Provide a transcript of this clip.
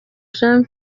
jean